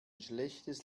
schlechtes